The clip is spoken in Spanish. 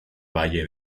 valle